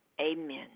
Amen